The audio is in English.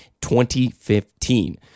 2015